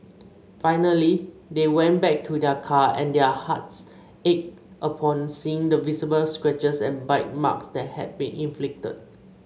finally they went back to their car and their hearts ached upon seeing the visible scratches and bite marks that had been inflicted